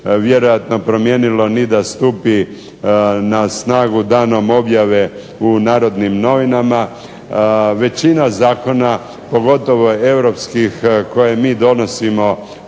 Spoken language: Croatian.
vjerojatno promijenilo ni da stupi na snagu danom objave u "Narodnim novinama", većina zakona pogotovo europskih koje mi donosimo